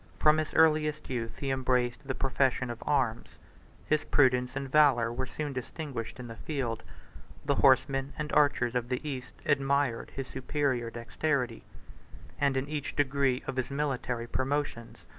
from his earliest youth he embraced the profession of arms his prudence and valor were soon distinguished in the field the horsemen and archers of the east admired his superior dexterity and in each degree of his military promotions,